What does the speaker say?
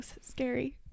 scary